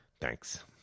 Thanks